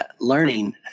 learning